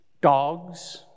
dogs